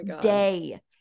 day